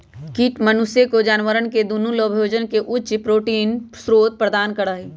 कीट मनुष्य और जानवरवन के दुन्नो लाभोजन के उच्च प्रोटीन स्रोत प्रदान करा हई